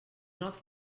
not